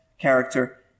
character